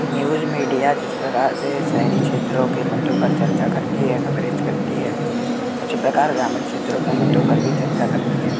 news media जिस प्रकार से शहरी क्षेत्रों के मुद्दों पर चर्चा करती है कवरेज करती है उसी प्रकार ग्रामीण क्षेत्रों के मुद्दों पर भी चर्चा करती है